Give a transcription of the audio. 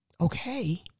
okay